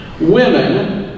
Women